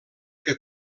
que